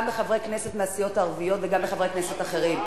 וגם לחברי כנסת מהסיעות הערביות וגם לחברי כנסת אחרים.